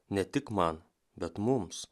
ne tik man bet mums